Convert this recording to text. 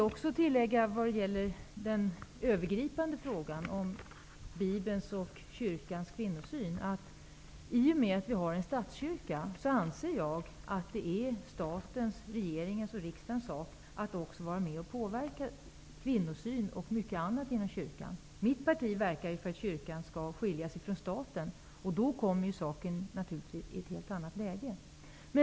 När det gäller den övergripande frågan om Bibelns och kyrkans kvinnosyn vill jag hävda att det i och med att vi har en statskyrka är statens, regeringens och riksdagens sak att också vara med och påverka kvinnosynen och mycket annat inom kyrkan. Det parti som jag tillhör verkar för att kyrkan skall skiljas från staten. Då kommer naturligtvis saken i ett helt annat läge.